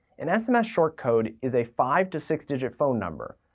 an sms short code is a five to six digit phone number.